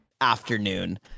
afternoon